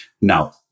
Now